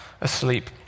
asleep